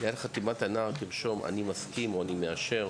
ליד חתימת הנער תרשום אני מסכים או אני מאשר.